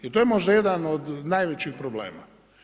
I to je možda jedan od najvećih problema.